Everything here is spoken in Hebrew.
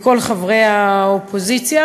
לכל חברי האופוזיציה,